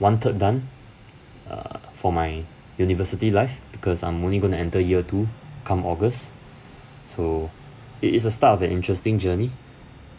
one third done uh for my university life because I'm only going to enter year two come august so it is a start of a interesting journey